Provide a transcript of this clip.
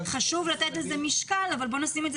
חשוב לתת לזה משקל אבל בוא נשים את זה